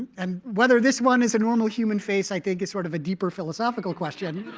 and whether this one is a normal human face, i think is sort of a deeper philosophical question.